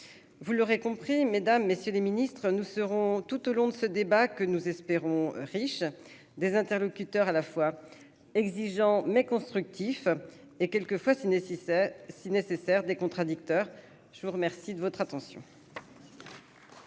vous l'aurez compris, mesdames, messieurs les Ministres, nous serons tout au long de ce débat que nous espérons riche des interlocuteurs à la fois exigeant mais constructif, et quelquefois c'est nécessaire si nécessaire des contradicteurs, je vous remercie de votre attention.